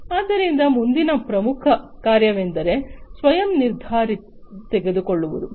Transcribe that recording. ಆದ್ದರಿಂದ ಮುಂದಿನ ಪ್ರಮುಖ ಕಾರ್ಯವೆಂದರೆ ಸ್ವಯಂ ನಿರ್ಧಾರ ತೆಗೆದುಕೊಳ್ಳುವುದು